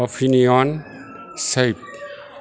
opinion सैभ